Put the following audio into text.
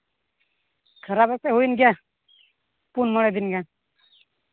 ᱠᱷᱟᱨᱟᱯ ᱠᱟᱛᱮᱫ ᱦᱩᱭᱮᱱ ᱜᱮᱭᱟ ᱯᱩᱱ ᱢᱚᱬᱮ ᱫᱤᱱ ᱜᱟᱱ